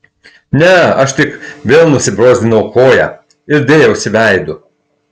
ne aš tik vėl nusibrozdinau koją ir dėjausi veidu